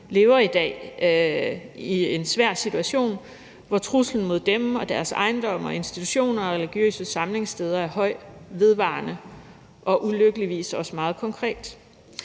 lever i dag i en svær situation, hvor truslen mod dem og deres ejendomme, institutioner og religiøse samlingssteder er høj, vedvarende og ulykkeligvis også meget konkret.